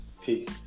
peace